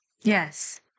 Yes